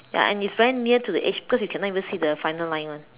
ya and it's very near to the edge cause you cannot even see the final line [one]